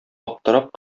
аптырап